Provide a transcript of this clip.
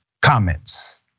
comments